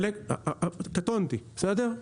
חלק, קטונתי, בסדר?